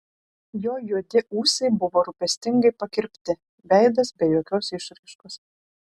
jo juodi ūsai buvo rūpestingai pakirpti veidas be jokios išraiškos